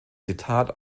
zitat